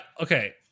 okay